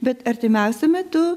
bet artimiausiu metu